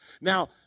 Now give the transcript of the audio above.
Now